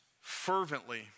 fervently